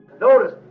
Notice